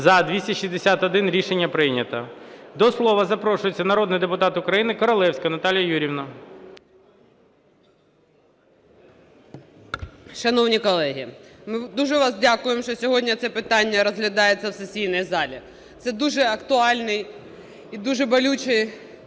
За-261 Рішення прийнято. До слова запрошується народний депутат України Королевська Наталія Юріївна. 11:13:15 КОРОЛЕВСЬКА Н.Ю. Шановні колеги, дуже вам дякую, що сьогодні це питання розглядається в сесійній залі. Це дуже актуальний і дуже болючий вопрос,